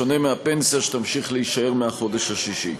בשונה מהפנסיה, שתמשיך להישאר מהחודש השישי.